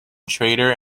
traitor